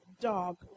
dog